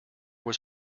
was